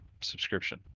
subscription